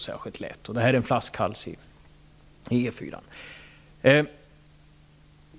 Detta är en flaskhals på E 4-an.